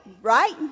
right